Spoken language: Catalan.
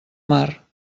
mar